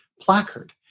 placard